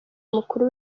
mukuru